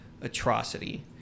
atrocity